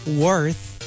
worth